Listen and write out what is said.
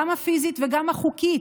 גם הפיזית וגם החוקית,